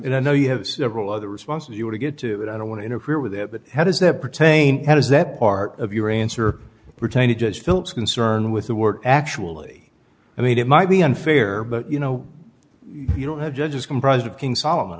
sound i know you have several other responses you were to get to and i don't want to interfere with that but how does that pertain how does that part of your answer pertain to just philip's concern with the word actually i mean it might be unfair but you know you don't have judges comprised of king solomon